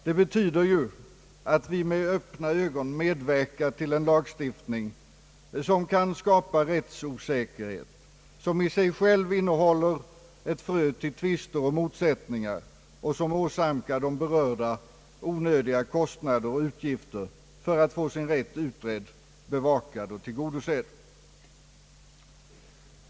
Det betyder ju att vi med öppna ögon medverkar till en lagstiftning som kan skapa rättsosäkerhet, som i sig själv innehåller ett frö till tvister och motsättningar och som åsamkar de berörda onödiga kostnader och utgifter för att få sin rätt utredd, bevakad och tillgodosedd.